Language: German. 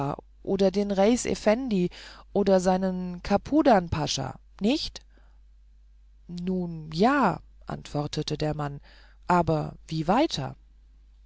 oder den reis effendi oder seinen kapudan pascha nicht nun ja antwortete der mann aber wie weiter